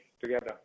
together